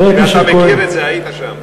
ואתה מכיר את זה, היית שם.